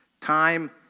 Time